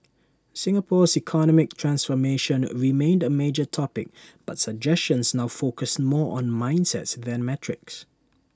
Singapore's economic transformation remained A major topic but suggestions now focused more on mindsets than metrics